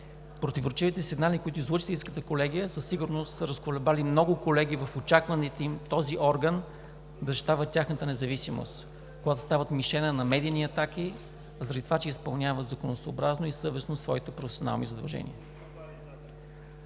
Противоречивите сигнали, които излъчи Софийската колегия, със сигурност са разколебали много колеги в очакванията им този орган да защитава тяхната независимост, когато стават мишена на медийни атаки заради това, че изпълняват законосъобразно и съвестно своите професионални задължения.